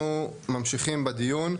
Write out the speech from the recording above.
אנחנו ממשיכים בדיון.